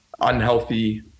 unhealthy